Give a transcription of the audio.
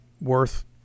worth